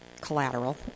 collateral